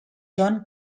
john